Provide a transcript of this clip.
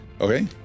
Okay